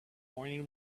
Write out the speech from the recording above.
morning